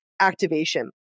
activation